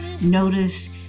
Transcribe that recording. notice